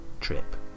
trip